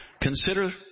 Consider